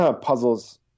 puzzles